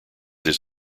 his